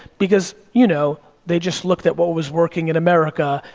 because, you know, they just looked at what was working in america,